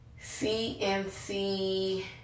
cnc